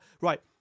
Right